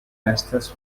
estas